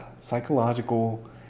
psychological